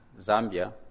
Zambia